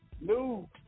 new